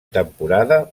temporada